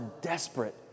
desperate